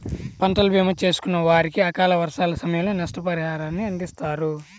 పంటల భీమా చేసుకున్న వారికి అకాల వర్షాల సమయంలో నష్టపరిహారాన్ని అందిస్తారు